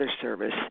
Service